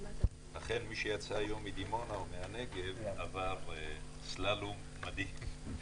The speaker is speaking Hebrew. אכן מי שיצא הבוקר מדימונה או מהנגב עבר סללום מדהים.